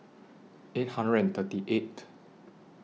eight hundred and thirty eighth